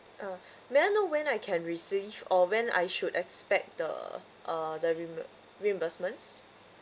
ah may I know when I can receive or when I should expect the uh the rimbu~ reimbursements